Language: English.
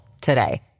today